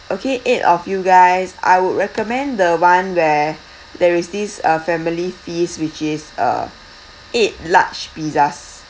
okay eight of you guys I would recommend the one where there is this uh family feast which is uh eight large pizzas